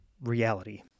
reality